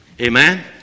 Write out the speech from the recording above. Amen